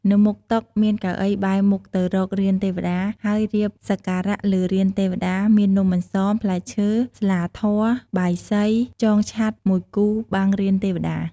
នៅមុខតុ មានកៅអីបែរមុខទៅរករានទេវតា ហើយរៀបសក្ការៈលើរានទេវតា មាននំអន្សម ផ្លែឈើ ស្លាធ័រ បាយសី ចងឆ័ត្រមួយគូបាំងរានទេវតា ។